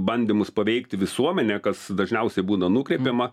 bandymus paveikti visuomenę kas dažniausiai būna nukreipiama